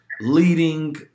leading